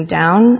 down